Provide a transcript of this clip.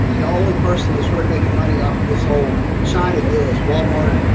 the only person that's really making money off of this whole china deal is walmart